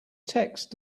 text